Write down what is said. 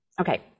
Okay